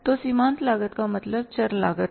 तो सीमांत लागत का मतलब चर लागत है